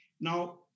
Now